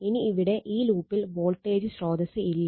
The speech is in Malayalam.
ഇനി ഇവിടെ ഈ ലൂപ്പിൽ വോൾട്ടേജ് സ്രോതസ്സ് ഇല്ല